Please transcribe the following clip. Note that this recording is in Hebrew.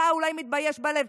ואתה אולי מתבייש בלב,